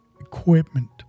equipment